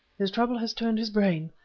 his trouble has turned his brain.